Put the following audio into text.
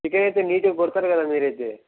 chicken అయితే నీట్గా కొడతారు కదా మీరు అయితే